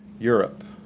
europe,